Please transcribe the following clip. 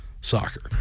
soccer